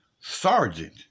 sergeant